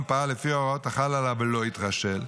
פעל לפי ההוראות החלות עליו ולא התרשל,